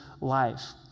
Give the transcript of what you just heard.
life